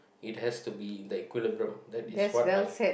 it has to be in the equilibrium that is what I